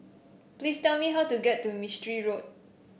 please tell me how to get to Mistri Road